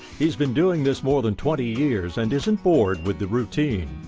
he's been doing this more than twenty years and isn't bored with the routine.